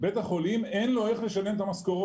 בית החולים, אין לו איך לשלם את המשכורות.